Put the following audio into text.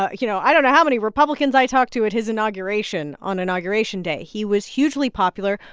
ah you know, i don't know how many republicans i talked to at his inauguration on inauguration day. he was hugely popular.